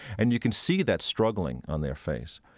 and you can see that struggling on their face.